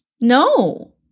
No